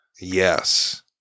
Yes